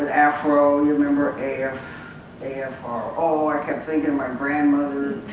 afro, you remember, a f a f r o. i kept thinking, my grandmother,